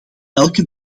elke